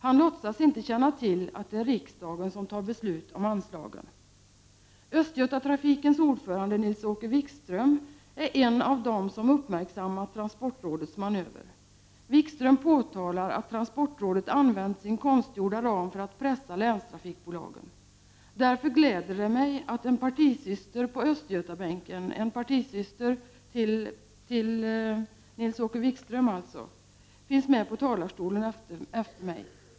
Han låtsas inte känna till att det är riksdagen som fattar beslut om anslagen. Östgötatrafikens ordförande, Nils-Åke Wikström, är en av dem som uppmärksammat transportrådets manöver. Wikström påtalar att transportrådet använt sin konstgjorda ram för att pressa länstrafikbolagen att skjuta till pengar. Därför gläder det mig att hans partisyster på Östgötabänken finns på talarlistan efter mig.